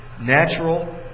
natural